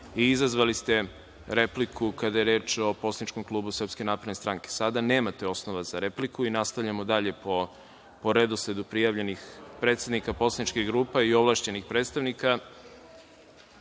i izazvali ste repliku kada je reč o Poslaničkom klubu SNS. Sada nemate osnova za repliku i nastavljamo dalje po redosledu prijavljenih predsednika poslaničkih grupa i ovlašćenih predstavnika. Želite